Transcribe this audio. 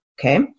Okay